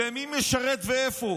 ומי משרת ואיפה.